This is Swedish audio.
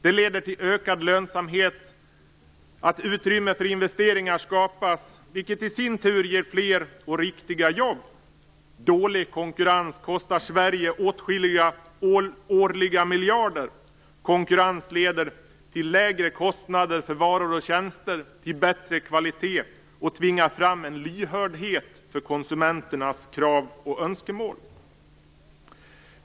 Det leder till ökad lönsamhet, vilket ger utrymme för investeringar, som i sin tur ger fler och riktiga jobb. Dålig konkurrens kostar Sverige årligen åtskilliga miljarder kronor. Konkurrens leder också till lägre kostnader för varor och tjänster, till bättre kvalitet samt tvingar fram en lyhördhet för konsumenternas krav och önskemål.